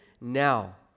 now